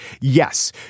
yes